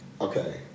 Okay